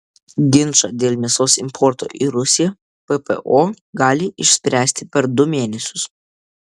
ginčą dėl mėsos importo į rusiją ppo gali išspręsti per du mėnesius